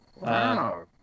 Wow